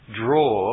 draw